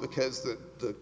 because the